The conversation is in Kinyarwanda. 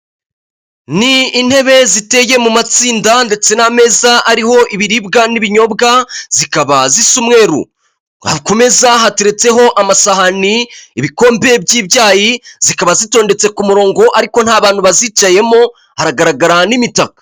Ni intebe ziteye mu matsinda ndetse n'ameza ariho ibiribwa n'ibinyobwa zikaba zisa umweru hakomeza hateretseho amasahani ibikombe by'ibyayi zikaba zitondetse ku murongo ariko nta bantu bazicayemo hagaragara n'imitako.